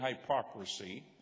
hypocrisy